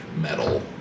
metal